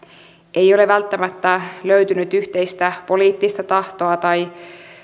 ei ole välttämättä löytynyt yhteistä poliittista tahtoa tai